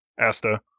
Asta